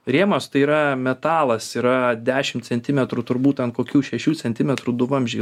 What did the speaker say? rėmas tai yra metalas yra dešimt centimetrų turbūt ten kokių šešių centimetrų du vamzdžiai